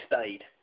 stayed